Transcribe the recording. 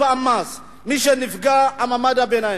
מי שנפגע הוא מעמד הביניים.